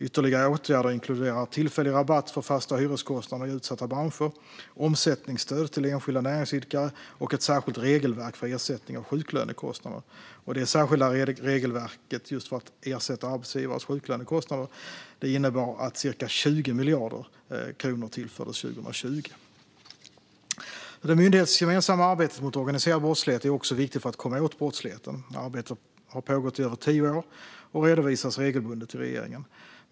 Ytterligare åtgärder inkluderar tillfällig rabatt för fasta hyreskostnader i utsatta branscher, omsättningsstöd till enskilda näringsidkare och ett särskilt regelverk för ersättning för sjuklönekostnader. Det särskilda regelverket för att ersätta arbetsgivares sjuklönekostnader innebar att cirka 20 miljarder kronor tillfördes 2020. Det myndighetsgemensamma arbetet mot organiserad brottlighet är också viktigt för att komma åt brottsligheten. Arbetet har pågått i över tio år och redovisas regelbundet till regeringen.